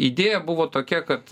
idėja buvo tokia kad